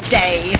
day